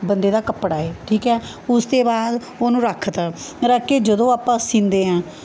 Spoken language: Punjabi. ਬੰਦੇ ਦਾ ਕੱਪੜਾ ਹੈ ਠੀਕ ਹੈ ਉਸ ਤੇ ਬਾਅਦ ਉਹਨੂੰ ਰੱਖ ਦਿੱਤਾ ਰੱਖ ਕੇ ਜਦੋਂ ਆਪਾਂ ਸੀਂਦੇ ਹਾਂ